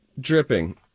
Dripping